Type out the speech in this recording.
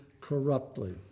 corruptly